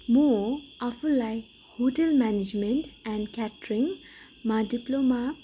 म आफूलाई hotel management and क्याटरिङमा डिप्लोमा